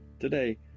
Today